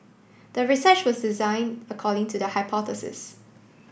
the research was designed according to the hypothesis